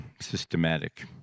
systematic